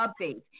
updates